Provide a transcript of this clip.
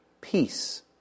peace